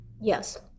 Yes